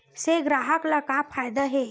से ग्राहक ला का फ़ायदा हे?